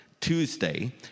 Tuesday